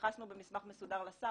התייחסנו במסמך מסודר לשר,